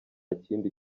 kindi